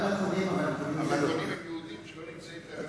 הקונים הם יהודים שלא נמצאים,